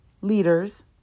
leaders